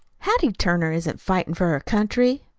hattie turner isn't fightin' for her country.